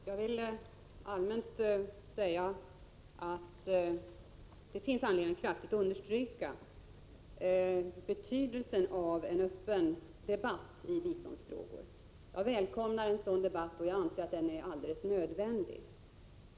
Herr talman! Allmänt vill jag säga att det finns anledning att kraftigt understryka betydelsen av en öppen debatt i biståndsfrågor. Jag välkomnar en sådan debatt och anser att den är alldeles nödvändig.